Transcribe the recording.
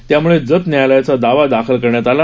त्यामुळे जत न्यायालयात दावा दाखल करण्यात आला